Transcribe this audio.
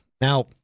Now